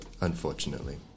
unfortunately